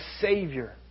Savior